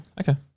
okay